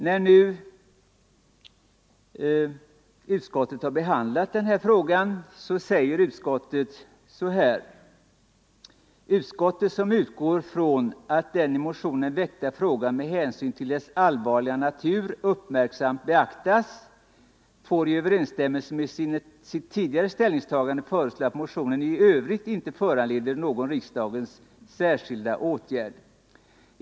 När nu utskottet har behandlat den här frågan säger man så här: ”Utskottet, som utgår från att den i motionen väckta frågan med hänsyn till dess allvarliga natur uppmärksammat beaktas, får i överensstämmelse med sitt tidigare ställningstagande föreslå att motionen i övrigt inte föranleder någon riksdagens särskilda åtgärd.